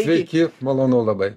sveiki malonu labai